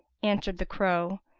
answered the crow,